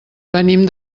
venim